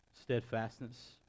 Steadfastness